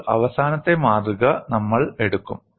ഇപ്പോൾ അവസാനത്തെ മാതൃക നമ്മൾ എടുക്കും